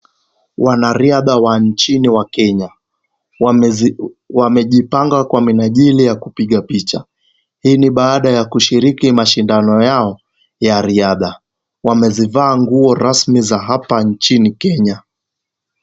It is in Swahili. Wanariadha wa nchini wa Kenya wamejipanga kwa minajili ya kupiga picha hii ni baada ya kushiriki mashindano yao ya riadha. Wamezivaa nguo rasmi za hapa nchini Kenya.